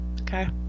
Okay